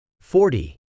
Forty